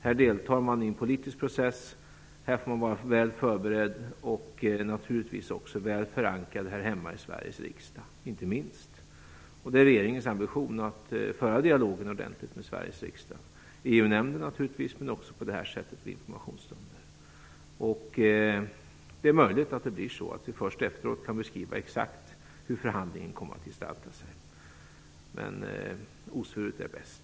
Här deltar man i en politisk process, och här får man vara väl förberedd och naturligtvis också väl förankrad, inte minst hemma i Sveriges riksdag. Det är regeringens ambition att föra dialogen ordentligt med Sveriges riksdag, i EU-nämnden naturligtvis men också på det här sättet vid informationsstunder. Det är möjligt att det blir så att vi först efteråt kan beskriva exakt hur förhandlingen kom att gestalta sig, men osvuret är bäst.